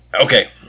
Okay